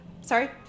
Sorry